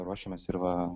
ruošiamės ir va